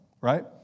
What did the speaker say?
right